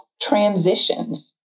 transitions